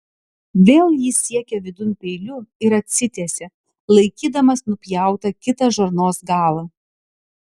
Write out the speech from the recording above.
vėl jis siekė vidun peiliu ir atsitiesė laikydamas nupjautą kitą žarnos galą